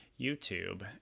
YouTube